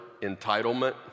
entitlement